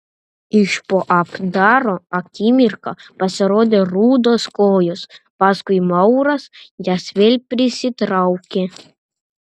iš po apdaro akimirką pasirodė rudos kojos paskui mauras jas vėl prisitraukė